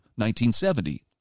1970